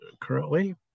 currently